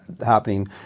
happening